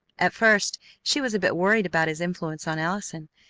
at first she was a bit worried about his influence on allison,